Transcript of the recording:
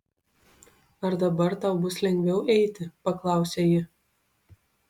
ar dabar tau bus lengviau eiti paklausė ji